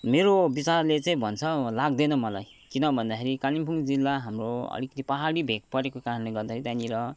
मेरो विचारले चाहिँ भन्छ लाग्दैन मलाई किन भन्दाखेरि कालिम्पोङ जिल्ला हाम्रो अलिकति पहाडी भेक परेको कारणले त्यहाँनेर